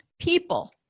People